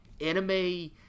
anime